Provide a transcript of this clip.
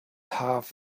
half